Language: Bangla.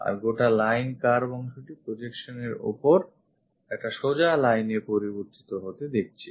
আর গোটা line curve অংশটি projection এর ওপর একটা সোজা lineএ পরিবর্তিত হতে দেখছি